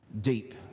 deep